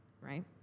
right